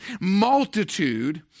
multitude